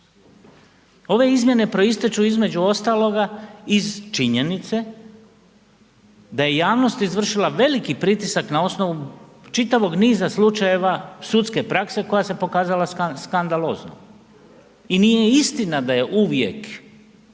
Ove izmjene proističu između ostaloga iz činjenice da je javnost izvršila veliki pritisak na osnovu čitavog niza slučajeva sudske prakse koja se pokazala skandaloznom. I nije istina da je uvijek